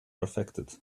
affected